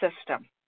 system